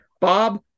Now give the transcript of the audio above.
Bob